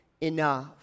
enough